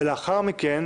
ולאחר מכן